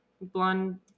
blonde